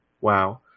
Wow